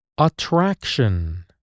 attraction